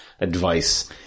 advice